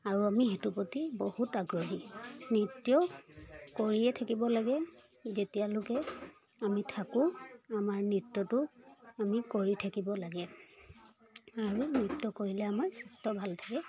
আৰু আমি সেইটো প্ৰতি বহুত আগ্ৰহী নৃত্য কৰিয়ে থাকিব লাগে যেতিয়ালৈকে আমি থাকোঁ আমাৰ নৃত্যটো আমি কৰি থাকিব লাগে আৰু নৃত্য কৰিলে আমাৰ স্বাস্থ্য ভাল থাকে